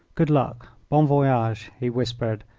good luck! bon voyage! he whispered,